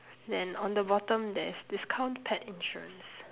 then on the bottom there's discount pet insurance